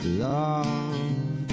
love